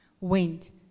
went